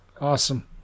Awesome